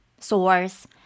source